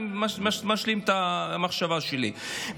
אני משלים את המחשבה שלי,